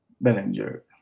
Bellinger